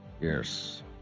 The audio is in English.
Yes